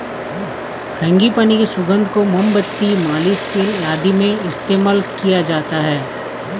frangipani की सुगंध को मोमबत्ती, मालिश तेल आदि में इस्तेमाल किया जाता है